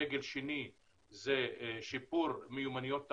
דגל שני זה שיפור מיומנויות תעסוקה,